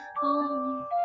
home